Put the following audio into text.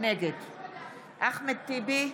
נגד אחמד טיבי,